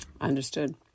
Understood